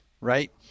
right